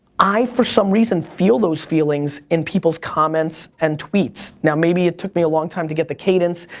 i, for some reason, feel those feelings in people's comments and tweets. now, maybe it took me a long time to get the cadence.